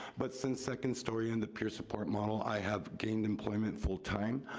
but since second story and the peer support model, i have gained employment full-time.